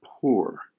poor